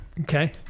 Okay